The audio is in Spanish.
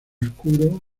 oscuro